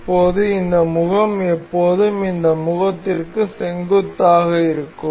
இப்போது இந்த முகம் எப்போதும் இந்த முகத்திற்கு செங்குத்தாக இருக்கும்